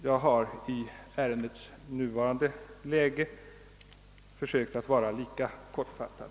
Jag har i ärendets nuvarande läge försökt vara lika kortfattad.